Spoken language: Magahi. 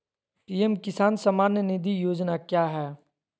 पी.एम किसान सम्मान निधि योजना क्या है?